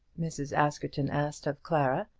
mrs. askerton asked of clara,